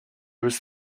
was